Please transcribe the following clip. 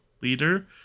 leader